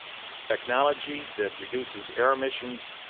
with technology that reduces air emissions